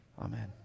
Amen